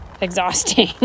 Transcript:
exhausting